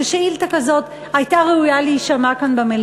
ששאילתה כזאת הייתה ראויה להישמע כאן,